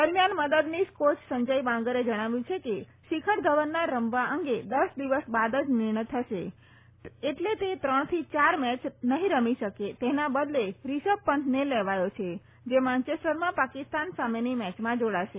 દરમિયાન મદદનીશ કોચ સંજય બાંગરે જણાવ્યું છે કે શિખર ધવનના રમવા અંગે દસ દિવસ બાદ જ નિર્ણય થશે એટલે તે ત્રણથી ચાર મેચ નહીં રમી શકે તેના બદલે રીષભ પંતને લેવાયો છે જે માન્ચેસ્ટરમાં પાકિસ્તાન સામેની મેચમાં જોડાશે